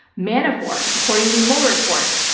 manafort, according to the mueller report,